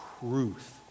Truth